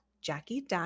Jackie